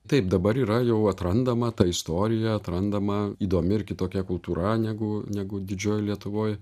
taip dabar yra jau atrandama ta istorija atrandama įdomi ir kitokia kultūra negu negu didžiojoj lietuvoj